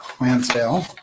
Lansdale